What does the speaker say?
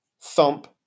Thump